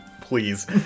Please